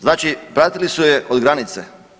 Znači pratili su je od granice.